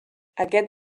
aquest